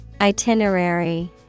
Itinerary